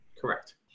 Correct